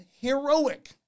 heroic